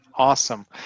Awesome